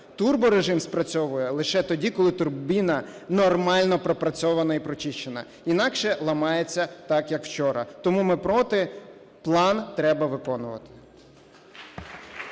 Турборежим спрацьовує лише тоді, коли турбіна нормально пропрацьована і прочищена. Інакше ламається так, як вчора. Тому ми проти, план треба виконувати.